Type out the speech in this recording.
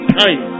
time